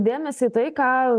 dėmesį į tai ką